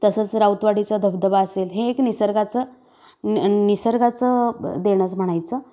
तसंच राऊतवाडीचा धबधबा असेल हे एक निसर्गाचं नि निसर्गाचं देणंच म्हणायचं